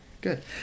good